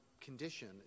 condition